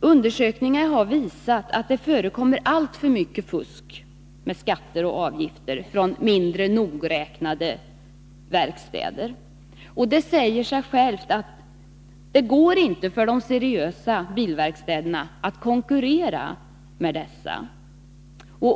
Undersökningar har visat att det förekommer alltför mycket fusk med skatter och avgifter från mindre nogräknade verkstäder. Det säger sig självt att det inte går för de seriösa bilverkstäderna att konkurrera med dem som fuskar.